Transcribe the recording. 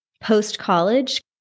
post-college